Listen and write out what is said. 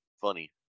funny